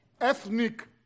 ethnic